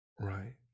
right